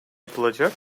yapılacak